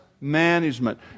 management